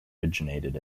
originated